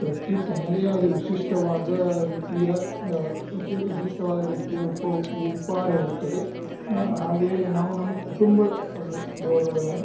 ಪ್ರತಿ ತನ್ನದೇ ಆದ ವಿಶಿಷ್ಟವಾದ ರೀತಿಯ ವಿಶಿಷ್ಟವಾದ ರೀತಿಯ ಉಪವು ಉಪಹಾರವಿರುತ್ತದೆ ಹಾಗೆಯೆ ನಾವು ನಮ್ಮ ಕುಟುಂಬ ದವರೊಡನೆ